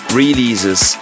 releases